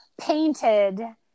painted